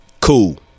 Cool